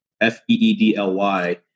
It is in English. F-E-E-D-L-Y